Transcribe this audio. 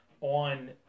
on